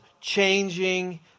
changing